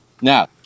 Now